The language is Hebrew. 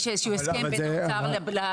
יש איזשהו הסכם בין האוצר לבריאות.